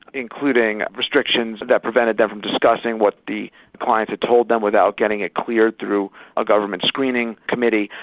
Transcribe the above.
including restrictions that prevented them from discussing what the client had told them without getting it cleared through a government screening committee,